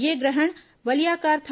ये ग्रहण वलयाकार था